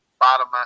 bottom –